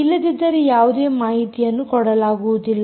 ಇಲ್ಲದಿದ್ದರೆ ಯಾವುದೇ ಮಾಹಿತಿಯನ್ನು ಕೊಡಲಾಗುವುದಿಲ್ಲ